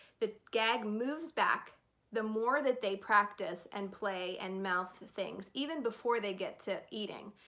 the gag moves back the more that they practice and play and mouth things even before they get to eating.